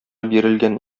бирелгән